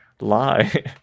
lie